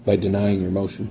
by denying your motion